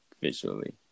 visually